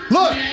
Look